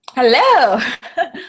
Hello